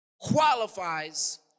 qualifies